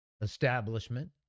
establishment